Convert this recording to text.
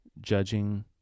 judging